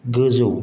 गोजौ